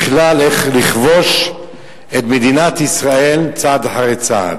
בכלל, איך לכבוש את מדינת ישראל צעד אחר צעד.